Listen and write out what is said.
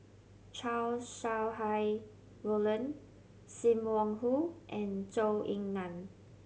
Chow Sau Hai Roland Sim Wong Hoo and Zhou Ying Nan